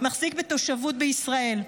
מחזיק בתושבות בישראל.